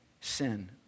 sin